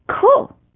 cool